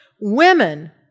Women